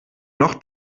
noch